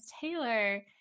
Taylor